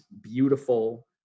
beautiful